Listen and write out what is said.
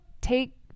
take